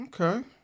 okay